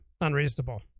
unreasonable